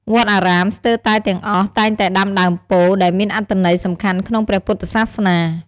វត្តអារាមស្ទើរតែទាំងអស់តែងតែដាំដើមពោធិ៍ ដែលមានអត្ថន័យសំខាន់ក្នុងព្រះពុទ្ធសាសនា។